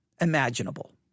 imaginable